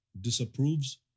disapproves